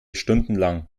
stundenlang